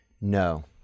no